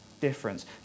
difference